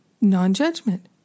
non-judgment